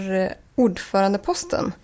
ordförandeposten